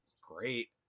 great